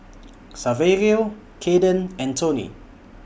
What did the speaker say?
Saverio Kaiden and Tony